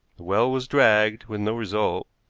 the well was dragged, with no result,